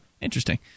Interesting